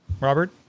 Robert